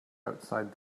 outside